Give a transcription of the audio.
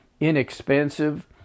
inexpensive